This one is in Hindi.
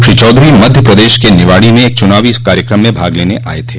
श्री चौधरी मध्य प्रदेश के निवाड़ी में एक चुनावी कार्यक्रम में भाग लेने आये थे